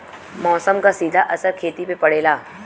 मौसम क सीधा असर खेती पे पड़ेला